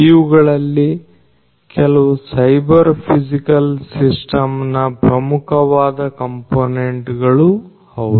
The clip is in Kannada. ಇವುಗಳಲ್ಲಿ ಕೆಲವು ಸೈಬರ್ ಫಿಸಿಕಲ್ ಸಿಸ್ಟಮ್ ನ ಪ್ರಮುಖವಾದ ಕಂಪೋನೆಂಟ್ ಗಳು ಹೌದು